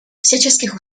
всяческих